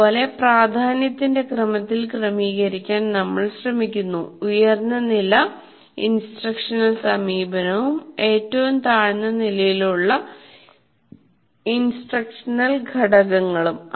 ഇതുപോലെ പ്രധാന്യത്തിന്റെ ക്രമത്തിൽ ക്രമീകരിക്കാൻ നമ്മൾ ശ്രമിക്കുന്നു ഉയർന്ന നില ഇൻസ്ട്രക്ഷണൽ സമീപനവും ഏറ്റവും താഴ്ന്ന നിലയിലുള്ള ഇൻസ്ട്രക്ഷണൽ ഘടകങ്ങളും